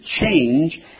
change